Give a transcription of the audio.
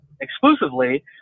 exclusively